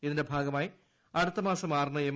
ഇതിന്റെ ഭാഗ മായി അടുത്ത മാസം ആറിന് എം